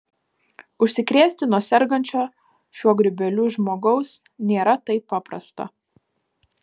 užsikrėsti nuo sergančio šiuo grybeliu žmogaus nėra taip paprasta